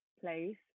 place